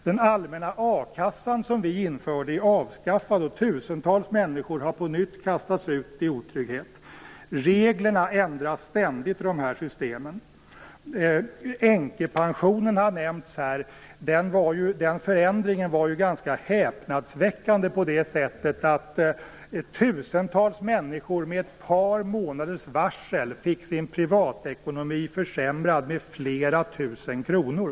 Den allmänna a-kassa som vi införde är avskaffad, och tusentals människor har på nytt kastats ut i otrygghet. Reglerna i dessa system ändras ständigt. Änkepensionen har nämnts här. Den förändringen var ganska häpnadsväckande, eftersom tusentals människor med ett par månaders varsel fick sin privatekonomi försämrad med flera tusen kronor.